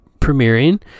premiering